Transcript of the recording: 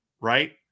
right